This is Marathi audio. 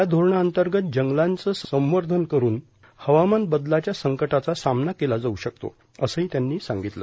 या धोरणांतर्गत जंगलांचं संवर्धन करुन हवामान बदलाच्या संकटाचा सामना केला जाऊ शकतो असंही त्यांनी सांगितलं